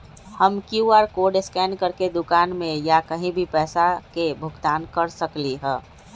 हम QR code scan करके दुकान में या कहीं भी पैसा के भुगतान कर सकली ह?